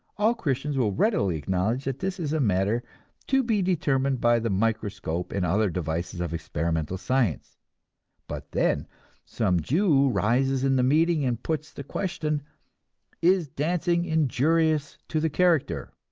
all christians will readily acknowledge that this is a matter to be determined by the microscope and other devices of experimental science but then some jew rises in the meeting and puts the question is dancing injurious to the character?